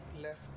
Left